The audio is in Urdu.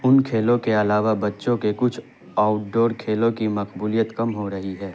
ان کھیلوں کے علاوہ بچوں کے کچھ آؤٹ ڈور کھیلوں کی مقبولیت کم ہو رہی ہے